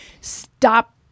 stop